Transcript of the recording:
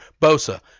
Bosa